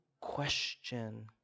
question